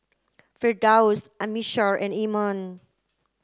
Firdaus Amsyar and Iman